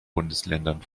bundesländern